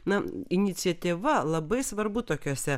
na iniciatyva labai svarbu tokiuose